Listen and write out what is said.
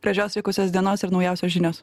gražios likusios dienos ir naujausios žinios